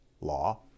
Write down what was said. law